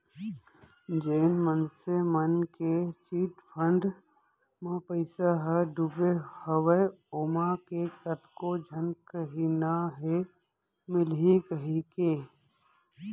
जेन मनसे मन के चिटफंड म पइसा ह डुबे हवय ओमा के कतको झन कहिना हे मिलही कहिके